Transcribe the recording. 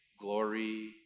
glory